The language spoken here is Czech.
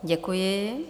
Děkuji.